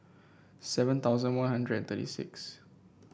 seven thousand One Hundred and thirty six